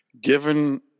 given